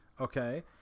Okay